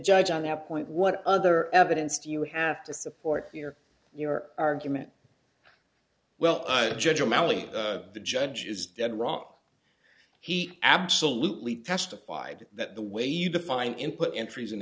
judge on that point what other evidence do you have to support your your argument well judge malley the judge is dead wrong he absolutely testified that the way you define input in trees in